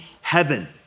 heaven